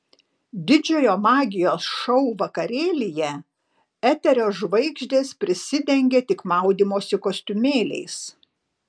didžiojo magijos šou vakarėlyje eterio žvaigždės prisidengė tik maudymosi kostiumėliais